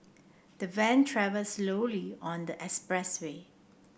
the van travel slowly on the expressway